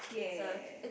ya